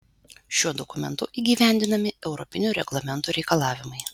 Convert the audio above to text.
šiuo dokumentu įgyvendinami europinių reglamentų reikalavimai